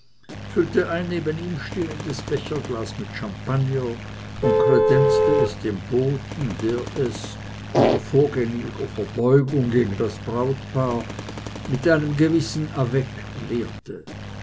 füllte ein neben ihm stehendes becherglas mit champagner und kredenzte es dem boten der es unter vorgängiger verbeugung gegen das brautpaar mit einem gewissen